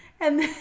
and-